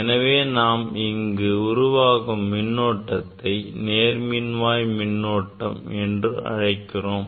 எனவே நாம் இங்கு உருவாகும் மின்னூட்டத்தை நேர்மின்வாய் மின்னோட்டம் என்று அழைக்கிறோம்